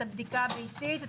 את הבדיקה הביתית,